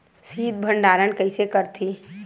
शीत भंडारण कइसे करथे?